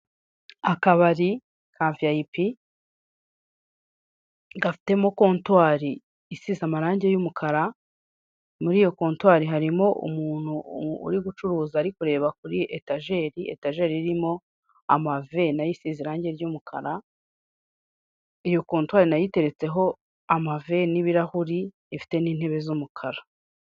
Akabari ka VIP gafitemo Kontwari isize amarangi y'umukara, muri iyo kontwari harimo umuntu uri gucuruza ari kureba kuri etajeri, etajeri irimo amave na yo isize irangi ry'umukara, iyo kontwari na yo iteretseho amave n'ibirahuri ifite n'intebe z'umukara.